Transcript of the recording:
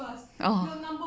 oh